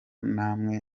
namwe